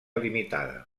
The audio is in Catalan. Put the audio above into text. limitada